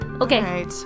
okay